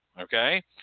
okay